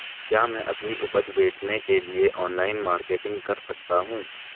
क्या मैं अपनी उपज बेचने के लिए ऑनलाइन मार्केटिंग कर सकता हूँ?